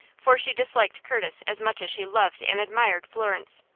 for she disliked curtis as much as she loved and admired florence.